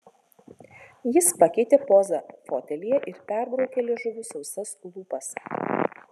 jis pakeitė pozą fotelyje ir perbraukė liežuviu sausas lūpas